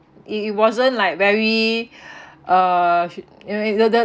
it it wasn't like very uh you know the the